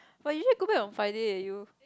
but you sure go back on Friday leh you